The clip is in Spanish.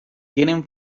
tienen